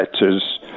letters